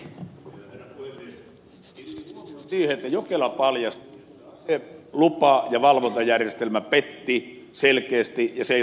kiinnitin huomiota siihen että jokela paljasti että aselupa ja valvontajärjestelmä petti selkeästi ja se ei ollut kunnossa